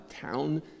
town